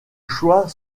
choix